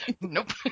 nope